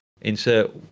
insert